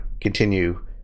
continue